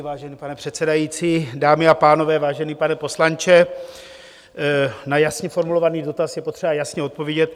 Vážený pane předsedající, dámy a pánové, vážený pane poslanče, na jasně formulovaný dotaz je potřeba jasně odpovědět.